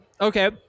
Okay